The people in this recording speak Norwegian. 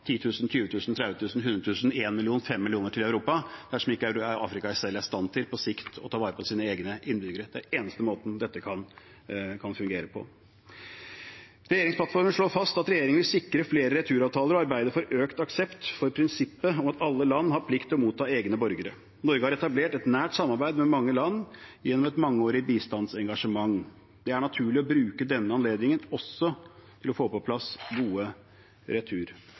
million, 5 millioner til Europa dersom ikke Afrika selv er i stand til på sikt å ta vare på sine egne innbyggere. Det er den eneste måten dette kan fungere på. Regjeringsplattformen slår fast at regjeringen vil sikre flere returavtaler og arbeide for økt aksept for prinsippet om at alle land har plikt til å motta egne borgere. Norge har etablert et nært samarbeid med mange land gjennom et mangeårig bistandsengasjement. Det er naturlig å bruke denne anledningen også til å få på plass gode